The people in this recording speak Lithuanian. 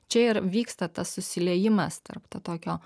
čia ir vyksta tas susiliejimas tarp to tokio